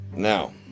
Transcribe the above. Now